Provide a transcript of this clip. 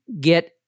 get